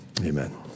amen